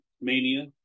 Mania